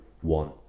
one